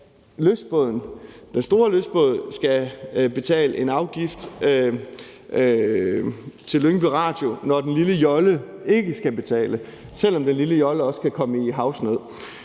den store lystbåd skal betale en afgift til Lyngby Radio, når den lille jolle ikke skal betale, selv om den lille jolle også kan komme i havsnød.